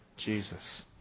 Jesus